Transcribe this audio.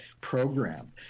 program